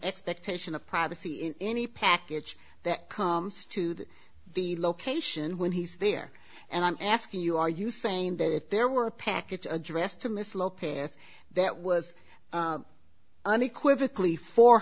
expectation of privacy in any package that comes to that the location when he's there and i'm asking you are you saying that if there were a package addressed to mrs lopez that was unequivocally for